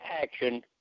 action